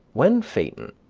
when phaeton,